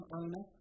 owner